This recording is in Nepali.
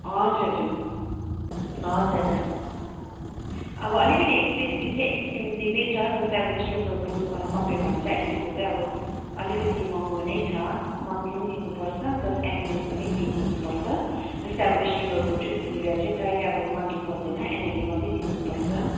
हजुर हजुर हजुर हजुर अब अलिकति एक्सपेन्सिभ चाहिँ एक्सपेन्सिभै छ जस्तै अब वेस्ट बङ्गाल बोर्डसँग कम्पिएर गर्नु चाहिँ आइएसीको चाहिँ अब अलिकति महँगो नै छ मन्थली पनि दिनुपर्छ प्लस एन्युएल्ली पनि फी तिर्नुपर्छ जस्तै अब वेस्ट बङ्गाल बोर्डहरूतिर चाहिँ प्रायः अब मन्थली पर्दैन एन्युएल्ली मात्रै तिर्नुपर्छ